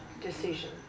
decision